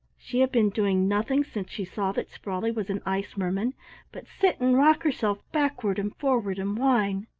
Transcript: she had been doing nothing since she saw that sprawley was an ice-merman but sit and rock herself backward and forward and whine.